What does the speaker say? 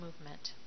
movement